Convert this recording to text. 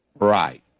right